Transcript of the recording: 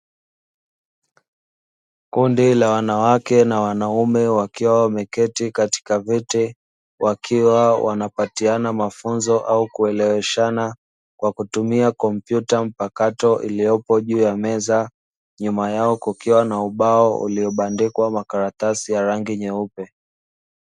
Kundi la wanawake na wanaume, wakiwa wameketi katika viti, wakiwa wanapatiana mafunzo au kueleweshana kwa kutumia kompyuta mpakato iliyopo juu ya meza. Nyuma yao kukiwa na ubao uliobandikwa makaratasi ya rangi nyeupe.